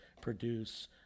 produce